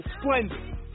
splendid